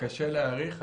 קשה להעריך.